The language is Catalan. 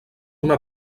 una